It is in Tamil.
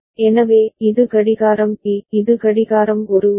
எனவே இது கடிகாரம் பி இது கடிகாரம் ஒரு உரிமை